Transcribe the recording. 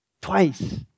twice